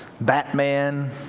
Batman